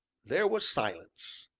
there was silence.